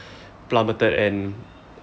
plummeted and